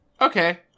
Okay